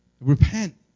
Repent